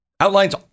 outlines